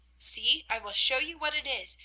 see, i will show you what it is,